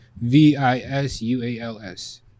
V-I-S-U-A-L-S